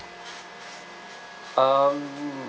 um